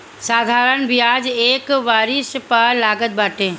साधारण बियाज एक वरिश पअ लागत बाटे